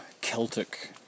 Celtic